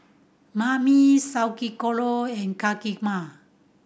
Banh Mi Sauerkraut and Kheema